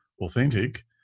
authentic